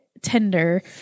tender